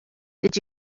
did